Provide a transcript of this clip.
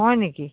হয় নেকি